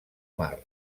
mar